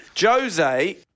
Jose